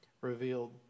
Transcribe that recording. revealed